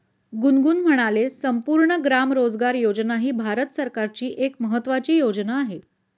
गुनगुन म्हणाले, संपूर्ण ग्राम रोजगार योजना ही भारत सरकारची एक महत्त्वाची योजना आहे